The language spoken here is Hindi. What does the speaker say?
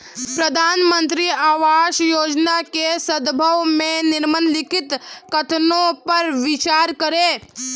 प्रधानमंत्री आवास योजना के संदर्भ में निम्नलिखित कथनों पर विचार करें?